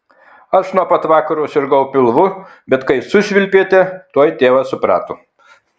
aš nuo pat vakaro sirgau pilvu bet kai sušvilpėte tuoj tėvas suprato